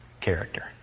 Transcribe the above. Character